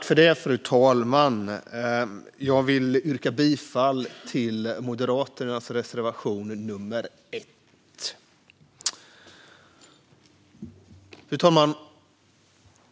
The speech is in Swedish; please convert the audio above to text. Fru talman! Jag vill yrka bifall till Moderaternas reservation, nummer 1.